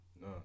No